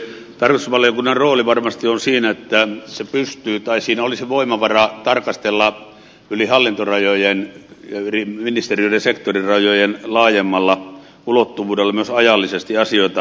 tarkastusvaliokunnan rooli varmasti on siinä että se pystyy tai sillä olisi voimavaraa tarkastella yli hallintorajojen ja yli ministeriöiden sektorirajojen laajemmalla ulottuvuudella myös ajallisesti asioita